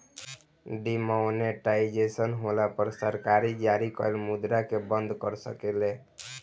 demonetisation होला पर सरकार जारी कइल मुद्रा के बंद कर सकेले